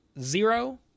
zero